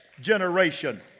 generation